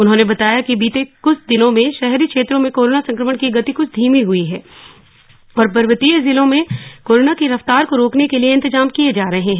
उन्होंने बताया कि बीते कुछ दिनों में शहरी क्षेत्रों में कोरोना संक्रमण की गति कुछ धीमी हुई है और पर्वतीय जिलों में कोरोना की रफ्तार को रोकने के लिए इंतजाम किए जा रहे हैं